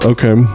Okay